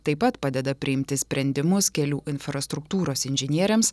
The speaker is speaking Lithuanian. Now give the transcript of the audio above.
taip pat padeda priimti sprendimus kelių infrastruktūros inžinieriams